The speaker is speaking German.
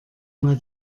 mal